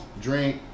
drink